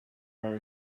are